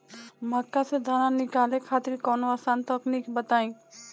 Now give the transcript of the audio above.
मक्का से दाना निकाले खातिर कवनो आसान तकनीक बताईं?